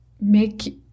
make